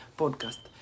podcast